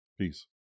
Peace